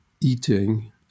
eating